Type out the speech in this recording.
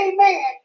Amen